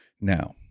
Now